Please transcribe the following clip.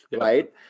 right